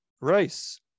rice